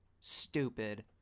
stupid